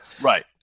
Right